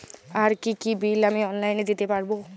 আর কি কি বিল আমি অনলাইনে দিতে পারবো?